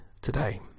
today